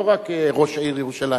לא רק ראש העיר ירושלים.